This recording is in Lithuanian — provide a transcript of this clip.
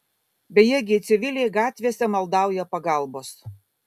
bejėgiai civiliai gatvėse maldauja pagalbos